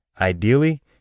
Ideally